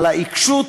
על העיקשות,